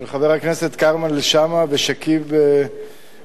של חברי הכנסת כרמל שאמה ושכיב מוראד